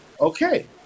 Okay